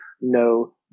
No